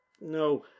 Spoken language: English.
No